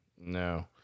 No